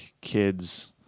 kids